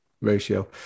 ratio